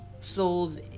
souls